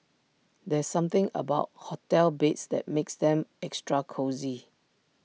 there's something about hotel beds that makes them extra cosy